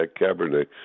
Cabernet